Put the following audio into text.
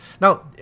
Now